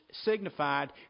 signified